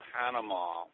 Panama